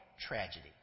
tragedy